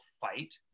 fight